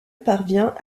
parvient